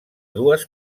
dues